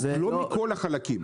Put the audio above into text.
אז לא מכל החלקים.